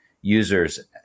users